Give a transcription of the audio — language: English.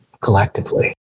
collectively